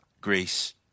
Greece